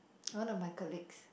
one of my colleagues